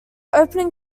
opening